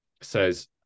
says